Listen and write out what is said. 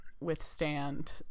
withstand